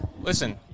Listen